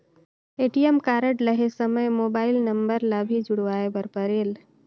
ATM card लहे समय mobile number ला भी जुड़वाए बर परेल?